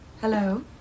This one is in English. Hello